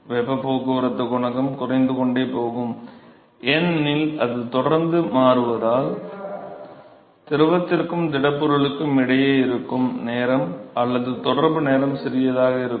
எனவே வெப்பப் போக்குவரத்துக் குணகம் குறைந்து கொண்டே போகும் ஏனெனில் அது தொடர்ந்து மாறுவதால் திரவத்திற்கும் திடப்பொருளுக்கும் இடையே இருக்கும் நேரம் அல்லது தொடர்பு நேரம் சிறியதாக இருக்கும்